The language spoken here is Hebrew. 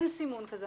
אין סימון כזה,